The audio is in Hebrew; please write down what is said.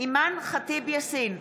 אימאן ח'טיב יאסין,